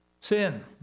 Sin